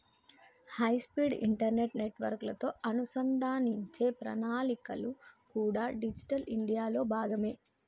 high speed internet నెట్వర్క్లతో అనుసంధానించే ప్రణాళికలు కూడా డిజిటల్ ఇండియాలో భాగమే